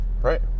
Right